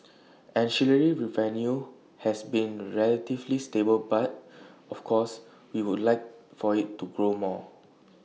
ancillary revenue has been relatively stable but of course we would like for IT to grow more